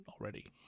already